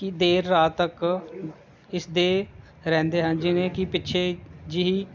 ਕਿ ਦੇਰ ਰਾਤ ਤੱਕ ਇਸ ਦੇ ਰਹਿੰਦੇ ਹਨ ਜਿਵੇਂ ਕਿ ਪਿੱਛੇ ਜਿਹੀ